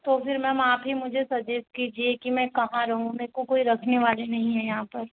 तो फिर मैम आप ही मुझे सजेस्ट कीजिए कि मैं कहाँ रहूँ मेरे को कोई रखने वाला नहीं हैं यहाँ पर